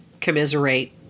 commiserate